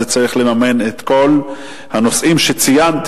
זה צריך לממן את כל הנושאים שציינתי,